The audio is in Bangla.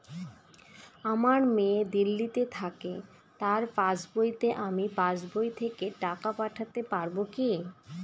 আমার মেয়ে দিল্লীতে থাকে তার পাসবইতে আমি পাসবই থেকে টাকা পাঠাতে পারব কি?